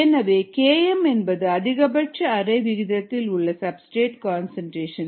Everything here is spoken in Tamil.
எனவே Km என்பது அதிகபட்ச அரை விகிதத்தில் உள்ள சப்ஸ்டிரேட் கன்சன்ட்ரேஷன்